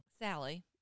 Sally